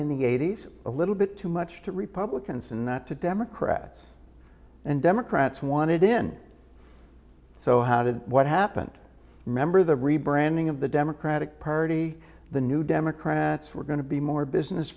in the eighty's a little bit too much to republicans and not to democrats and democrats wanted in so how did what happened remember the rebranding of the democratic party the new democrats were going to be more business